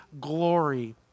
glory